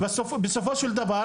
בסופו של דבר,